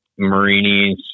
marinis